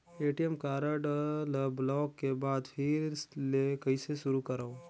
ATM card ल block के बाद फिर ले कइसे शुरू करव?